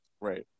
Right